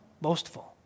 boastful